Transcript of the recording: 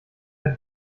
herr